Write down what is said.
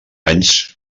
anys